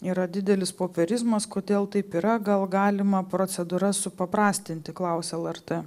yra didelis popierizmas kodėl taip yra gal galima procedūras supaprastinti klausia lrt